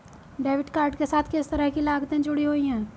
Debit card के साथ किस तरह की लागतें जुड़ी हुई हैं?